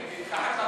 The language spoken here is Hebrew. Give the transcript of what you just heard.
נשים תחת הכותרת,